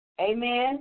Amen